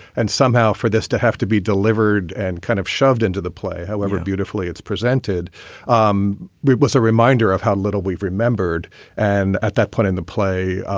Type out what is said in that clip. and somehow for this to have to be delivered and kind of shoved into the play, however. beautifully, it's presented um was a reminder of how little we've remembered and at that point in the play,